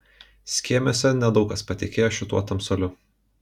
skėmiuose nedaug kas patikėjo šituo tamsuoliu